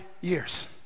years